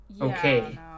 okay